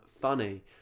funny